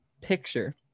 picture